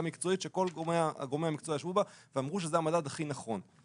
מקצועית שכל גורמי המקצוע ישבו בה ואמרו שזה המדד הכי נכון.